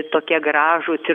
tokie gražūs ir